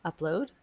upload